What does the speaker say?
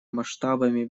масштабами